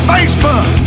Facebook